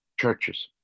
churches